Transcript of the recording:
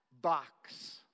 box